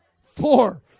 Four